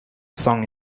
song